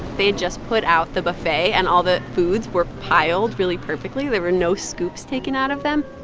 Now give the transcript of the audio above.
they just put out the buffet, and all the foods were piled really perfectly. there were no scoops taken out of them.